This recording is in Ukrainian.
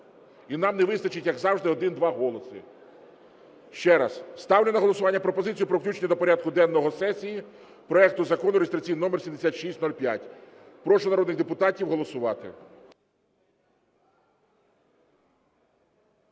і нам не вистачить, як завжди, один-два голоси. Ще раз, ставлю на голосування пропозицію про включення до порядку денного сесії проекту Закону, реєстраційний номер 7605. Прошу народних депутатів голосувати.